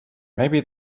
maybe